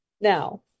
Now